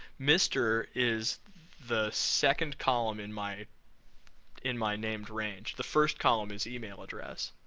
mr. is the second column in my in my named range, the first column is email address.